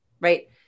right